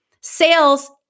sales